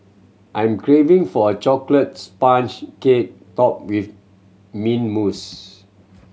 I'm craving for a chocolate sponge cake topped with mint mousse